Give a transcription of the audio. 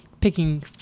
picking